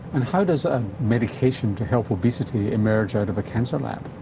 and how does a medication to help obesity emerge out of a cancer lab?